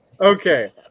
Okay